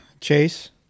chase